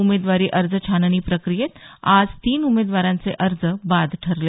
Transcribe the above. उमेदवारी अर्ज छाननी प्रक्रियेत आज तीन उमेदवारांचे अर्ज बाद ठरले